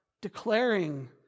declaring